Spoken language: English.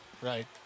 Right